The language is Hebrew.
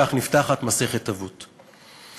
כך נפתחת מסכת אבות.